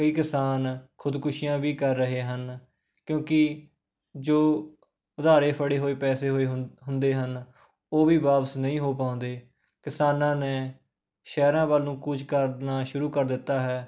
ਕਈ ਕਿਸਾਨ ਖੁਦਕੁਸ਼ੀਆਂ ਵੀ ਕਰ ਰਹੇ ਹਨ ਕਿਉਂਕਿ ਜੋ ਉਧਾਰੇ ਫੜ੍ਹੇ ਹੋਏ ਪੈਸੇ ਹੋਏ ਹੁੰਦੇ ਹਨ ਉਹ ਵੀ ਵਾਪਸ ਨਹੀਂ ਹੋ ਪਾਉਂਦੇ ਕਿਸਾਨਾਂ ਨੇ ਸ਼ਹਿਰਾਂ ਵੱਲ ਨੂੰ ਕੂਚ ਕਰਨਾ ਸ਼ੁਰੂ ਕਰ ਦਿੱਤਾ ਹੈ